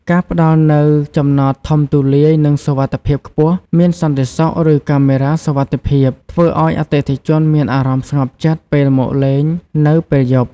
ការផ្តល់នូវ ចំណតធំទូលាយ និង សុវត្ថិភាពខ្ពស់ (មានសន្តិសុខ ឬកាមេរ៉ាសុវត្ថិភាព) ធ្វើឲ្យអតិថិជនមានអារម្មណ៍ស្ងប់ចិត្តពេលមកលេងនៅពេលយប់។